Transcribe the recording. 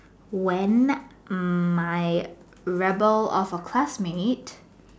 when my rebel of a classmate